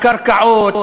קרקעות,